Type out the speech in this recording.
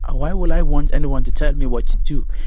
ah why will i want anyone to tell me what to do?